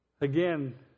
Again